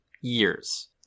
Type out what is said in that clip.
years